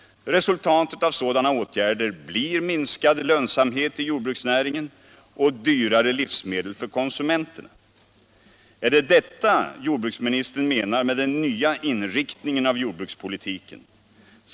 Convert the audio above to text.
Resultatet av sådana åtgärder blir minskad lönsamhet i jordbruksnäringen och dyrare livsmedel för konsumenterna. Är det detta jordbruksministern menar med den nya inriktningen av jordbrukspolitiken?